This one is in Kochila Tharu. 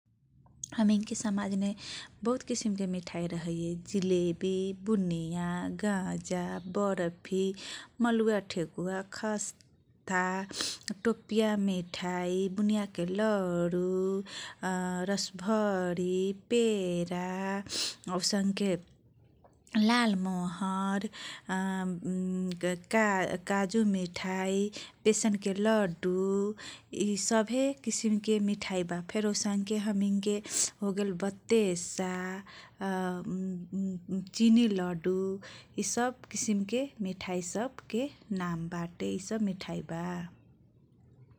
हमैनके समाज मेबहुत किसीमके मिठाइ रहैयै I जिलेबि, बुनिया, गाजा, बरफी, मलुवा, ठेकुवा, खस्ता, टोपिया मिठाइ, बुनिया के लरू, रसभरी, पेरा, अउसनके लालमोहर, का काजुमिठाइ, बेसनके लडू, इसभे किसिमके मिठाइबा फेर अउसनके हमैनके होगेल बतेसा चिनीलडू इसब किसीमके मिठाइ सबके नाम बाटे इसब मिठाइबा ।